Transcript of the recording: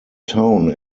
town